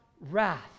wrath